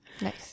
Nice